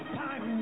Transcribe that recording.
time